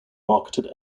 marketed